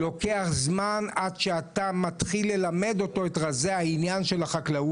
לוקח זמן עד שאתה מתחיל ללמד אותו את רזי החקלאות,